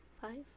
Five